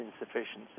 insufficiency